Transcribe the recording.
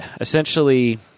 essentially –